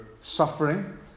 suffering